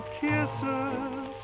kisses